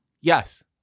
Yes